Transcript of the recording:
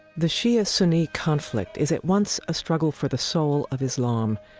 the shia-sunni conflict is at once a struggle for the soul of islam,